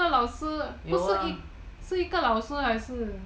那老师不是一个是一个老师还是